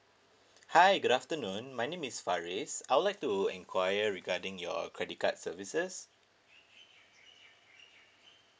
hi good afternoon my name is faris I would like to inquire regarding your credit card services